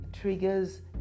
Triggers